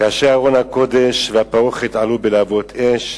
ארון הקודש והפרוכת עלו בלהבות אש,